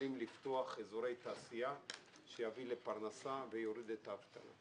מסוגלים לפתוח אזורי תעשייה שיביא פרנסה ויוריד את האבטלה.